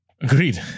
Agreed